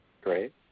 Great